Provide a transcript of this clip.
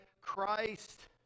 christ